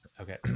okay